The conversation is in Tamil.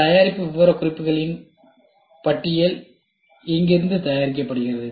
தயாரிப்பு விவரக்குறிப்புகளின் பட்டியல் இங்கிருந்து தயாரிக்கப்படுகிறது